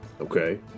Okay